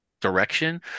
direction